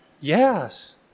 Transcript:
Yes